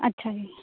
ਅੱਛਾ ਜੀ